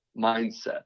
mindset